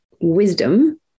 wisdom